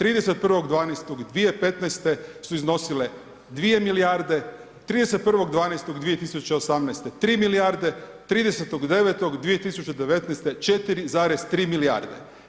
31.12.2015. su iznosile 2 milijarde, 31.12.2018. 3 milijarde, 30.9.2019. 4,3 milijarde.